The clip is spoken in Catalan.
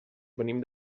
venim